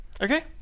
Okay